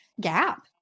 gap